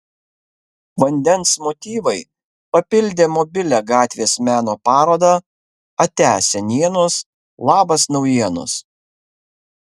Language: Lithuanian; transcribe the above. vandens motyvai papildė mobilią gatvės meno parodą atia senienos labas naujienos